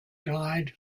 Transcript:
guide